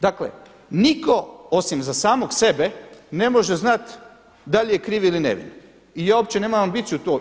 Dakle, nitko osim za samog sebe ne može znati da li je kriv ili nevin i ja uopće nemam ambiciju to.